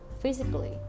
Physically